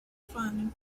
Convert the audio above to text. fun